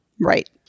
Right